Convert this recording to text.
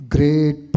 Great